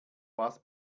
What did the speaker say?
was